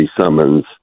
summons